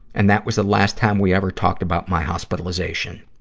and that was the last time we ever talked about my hospitalization.